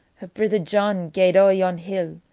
her brither john gaed ower yon hill,